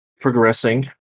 progressing